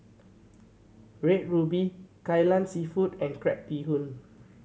Red Ruby Kai Lan Seafood and crab bee hoon